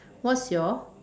what's your